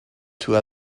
two